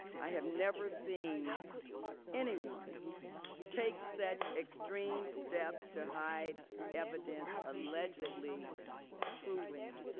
i have never seen anyone take such extreme steps to hide evidence allegedly proving